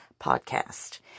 podcast